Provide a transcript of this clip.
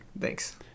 Thanks